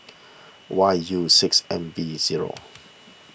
Y U six M V zero